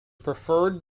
preferred